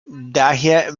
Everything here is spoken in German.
daher